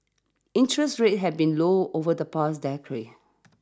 interest rates have been low over the past